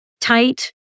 tight